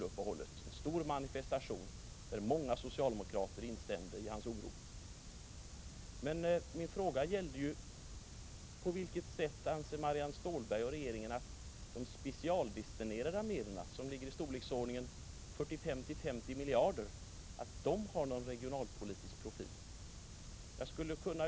Det var en stor manifestation, där många socialdemokrater instämde i Kjell-Olof Feldts oro. Men min fråga gällde: På vilket sätt anser Marianne Stålberg och regeringen att de specialdestinerade medlen, som är av storleksordningen 45-50 miljarder, har någon regionalpolitisk profil?